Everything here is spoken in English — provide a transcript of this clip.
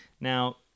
Now